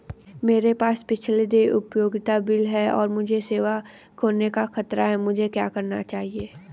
मेरे पास पिछले देय उपयोगिता बिल हैं और मुझे सेवा खोने का खतरा है मुझे क्या करना चाहिए?